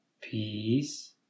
Peace